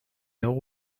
nord